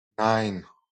nein